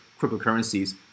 cryptocurrencies